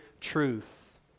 truth